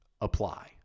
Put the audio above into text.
apply